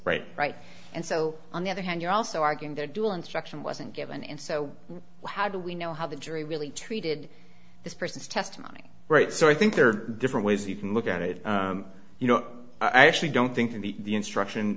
right right and so on the other hand you're also arguing their dual instruction wasn't given and so how do we know how the jury really treated this person's testimony right so i think there are different ways you can look at it you know i actually don't think the the instruction